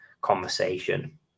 conversation